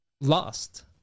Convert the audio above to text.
lost